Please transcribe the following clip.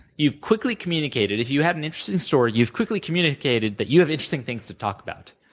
you've quickly communicated. if you have an interesting story, you've quickly communicated that you have interesting things to talk about.